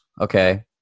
okay